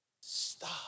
Stop